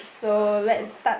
so